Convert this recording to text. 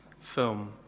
film